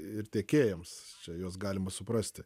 ir tiekėjams juos galima suprasti